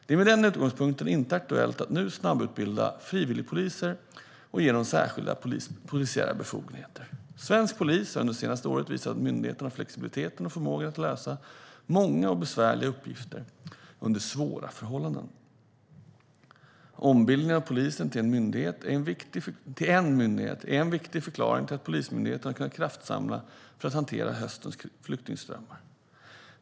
Det är med den utgångspunkten inte aktuellt att nu snabbutbilda "frivilligpoliser" och att ge dem polisiära befogenheter. Svensk polis har under det senaste året visat att myndigheten har flexibiliteten och förmågan att lösa många och besvärliga uppgifter under svåra förhållanden. Ombildningen av polisen till en myndighet är en viktig förklaring till att Polismyndigheten har kunnat kraftsamla för att hantera höstens flyktingströmmar.